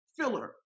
filler